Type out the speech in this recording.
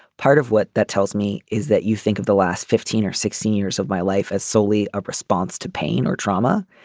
part of what that tells me is that you think of the last fifteen or sixteen years of my life as solely a response to pain or trauma.